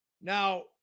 Now